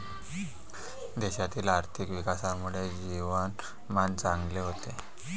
देशातील आर्थिक विकासामुळे जीवनमान चांगले होते